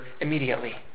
immediately